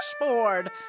dashboard